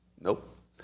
Nope